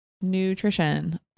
nutrition